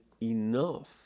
enough